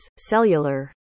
cellular